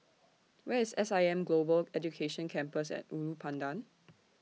Where IS S I M Global Education Campus At Ulu Pandan